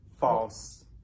False